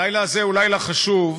הלילה הזה הוא לילה חשוב,